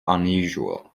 unusual